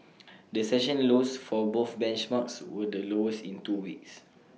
the session lows for both benchmarks were the lowest in two weeks